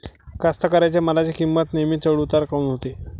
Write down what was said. कास्तकाराइच्या मालाची किंमत नेहमी चढ उतार काऊन होते?